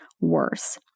worse